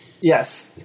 Yes